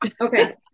Okay